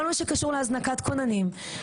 כל מה שקשור להזנקת כוננים,